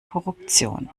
korruption